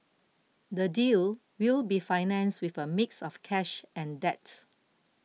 the deal will be financed with a mix of cash and debt